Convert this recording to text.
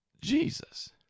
Jesus